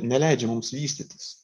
neleidžia mums vystytis